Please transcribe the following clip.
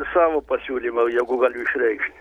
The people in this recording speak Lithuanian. savo pasiūlymą jeigu galiu išreikšti